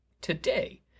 today